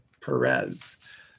Perez